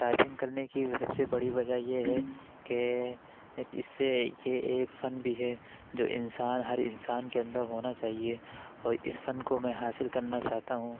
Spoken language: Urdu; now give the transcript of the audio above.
ٹائپنگ کرنے کی سب سے بڑی وجہ یہ ہے کہ اس سے یہ ایک فن بھی ہے جو انسان ہر انسان کے اندر ہونا چاہیے اور اس فن کو میں حاصل کرنا چاہتا ہوں